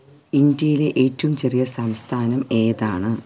ഇന്ഡ്യയിലെ ഏറ്റവും ചെറിയ സംസ്ഥാനം ഏതാണ്